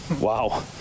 Wow